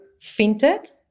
fintech